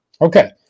okay